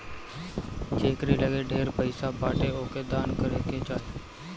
जेकरी लगे ढेर पईसा बाटे ओके दान करे के चाही